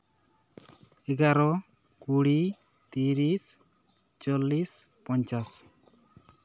ᱮᱜᱟᱨᱚ ᱠᱩᱲᱤ ᱛᱤᱨᱤᱥ ᱪᱚᱞᱞᱤᱥ ᱯᱚᱸᱧᱪᱟᱥ